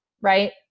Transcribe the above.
right